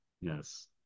yes